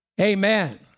Amen